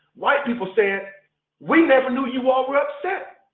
white people saying we never knew you all were upset.